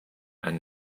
and